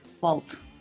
fault